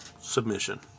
submission